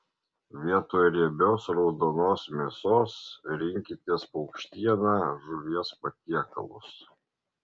vietoj riebios raudonos mėsos rinkitės paukštieną žuvies patiekalus